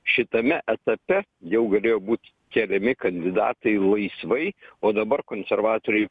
šitame etape jau galėjo būt keliami kandidatai laisvai o dabar konservatoriai